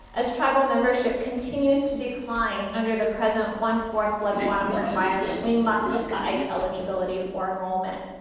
as tribal membership continues to decline under the present one-fourth blood quantum requirement, we must decide eligibility for enrollment.